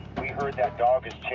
we heard that dog is